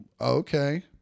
Okay